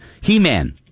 He-Man